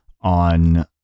on